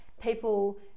people